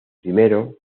primero